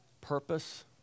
purpose